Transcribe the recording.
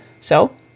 So